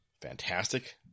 fantastic